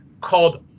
called